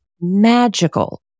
magical